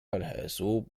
الحاسوب